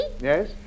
Yes